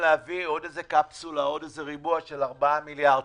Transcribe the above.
להביא עוד קפסולה, עוד ריבוע של 4 מיליון שקלים.